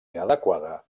inadequada